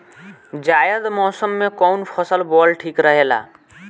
जायद मौसम में कउन फसल बोअल ठीक रहेला?